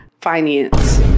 Finance